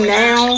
now